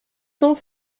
cents